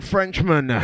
Frenchman